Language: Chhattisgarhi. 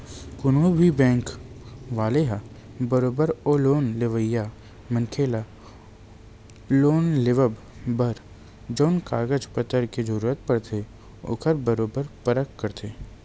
कोनो भी बेंक वाले ह बरोबर ओ लोन लेवइया मनखे ल लोन लेवब बर जउन कागज पतर के जरुरत पड़थे ओखर बरोबर परख करथे